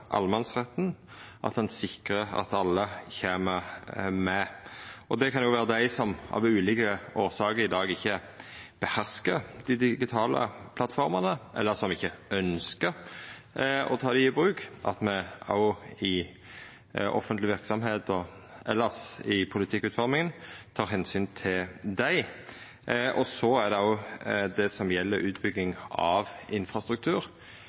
og at ein sikrar at alle kjem med. Det kan vera dei som av ulike årsaker i dag ikkje beherskar dei digitale plattformene, eller som ikkje ønskjer å ta dei i bruk, og me må i offentlege verksemder og elles i politikkutforminga ta omsyn til dei. Så er det òg det som gjeld utbygging av infrastruktur.